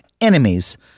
enemies